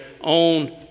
own